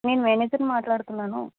నేను మేనేజర్ మాట్లాడుతున్నాను